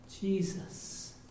Jesus